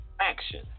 action